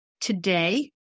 Today